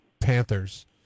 Panthers